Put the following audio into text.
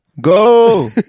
Go